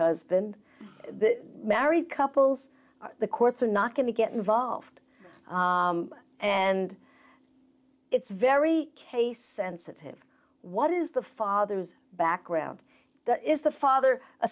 husband married couples the courts are not going to get involved and it's very case sensitive what is the father's background is the father a